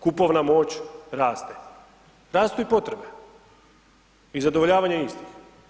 Kupovna moć raste, rastu i potrebe i zadovoljavanje istih.